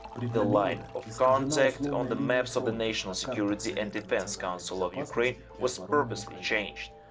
but the the line of contact on the maps of the national security and defence council of ukraine was purposely changed.